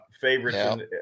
favorites